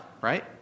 Right